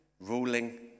ruling